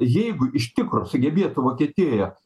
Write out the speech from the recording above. jeigu iš tikro sugebėtų vokietijoje